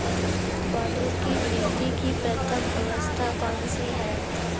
पौधों की वृद्धि की प्रथम अवस्था कौन सी है?